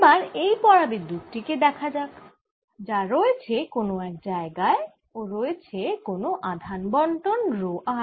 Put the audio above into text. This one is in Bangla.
এবার এই পরাবিদ্যুত টি কে দেখা যাক যা রয়েছে কোন এক জায়গায় ও রয়েছে কোন আধান বণ্টন - রো r